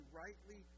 rightly